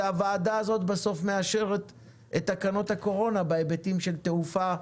והוועדה הזאת מאשרת את תקנות הקורונה בהיבטים של תעופה,